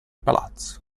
palazzo